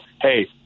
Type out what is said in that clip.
hey